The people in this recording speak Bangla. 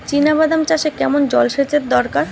চিনাবাদাম চাষে কেমন জলসেচের দরকার?